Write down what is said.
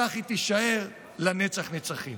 וכך היא תישאר לנצח נצחים.